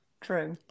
True